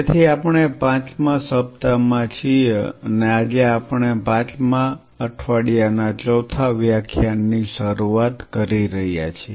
તેથી આપણે પાંચમા સપ્તાહમાં છીએ અને આજે આપણે પાંચમા અઠવાડિયાના ચોથા વ્યાખ્યાન ની શરૂઆત કરી રહ્યા છીએ